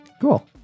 Cool